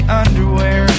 underwear